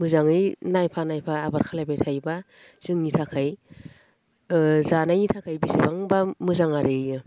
मोजाङै नायफा नायफा आबाद खालामबाय थायोब्ला जोंनि थाखाय जानायनि थाखाय बेसेबांबा मोजां आरो इयो